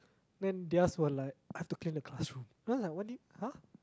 then theirs were like I've to clean the classroom then I'm like what do you !huh!